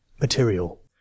Material